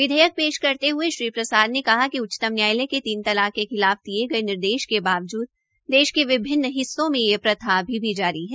विधेयक पेश करते हये श्री प्रसाद ने कहा कि उच्चतम न्यायालय के तीन तलाक के खिलाफ दिये गये निर्देश के निर्देश के बाबजूद देश के विभिन्न हिस्सों में यह प्रथा अभी भी जारी है